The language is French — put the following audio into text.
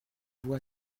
vous